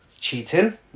cheating